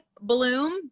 bloom